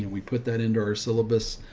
we put that into our syllabus.